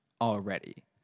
already